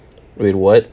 wait what